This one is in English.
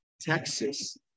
Texas